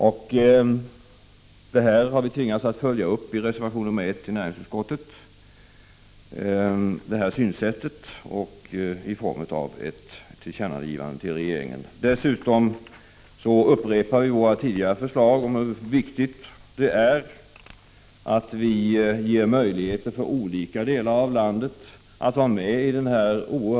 Det synsättet har vi tvingats följa upp i reservation 1 i näringsutskottets betänkande, där vi föreslår ett tillkännagivande till regeringen. Dessutom upprepar vi vårt tidigare förslag om hur viktigt det är att vi ger möjligheter för olika delar av landet att vara med i den oerhört snabba teknikoch Prot.